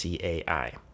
CAI